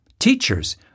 Teachers